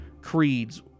Creed's